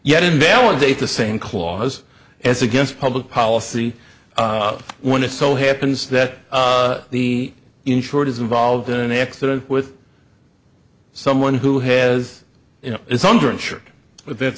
yet invalidate the same clause as against public policy when it so happens that the insured is involved in an accident with someone who has you know is under insured but that's